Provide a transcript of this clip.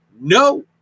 No